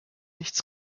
nichts